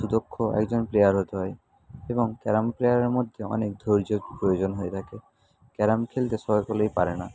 সুদক্ষ একজন প্লেয়ার হতে হয় এবং ক্যারাম প্লেয়ারের মধ্যে অনেক ধৈর্যের প্রয়োজন হয়ে থাকে ক্যারাম খেলতে সকলেই পারে না